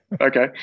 Okay